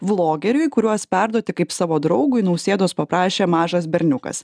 vlogeriui kuriuos perduoti kaip savo draugui nausėdos paprašė mažas berniukas